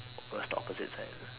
where's the opposite side